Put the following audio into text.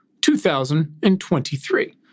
2023